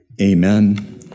amen